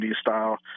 style